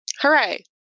Hooray